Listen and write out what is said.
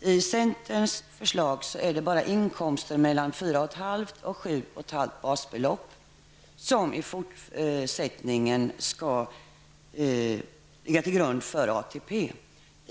I centerns förslag är det bara inkomster mellan 4,5 och 7,5 basbelopp som i fortsättningen skall ligga till grund för ATP.